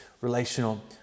relational